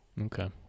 Okay